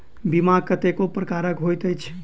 बीमा कतेको प्रकारक होइत अछि